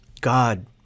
God